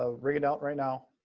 ah ringing out right now.